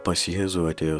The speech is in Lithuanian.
pas jėzų atėjo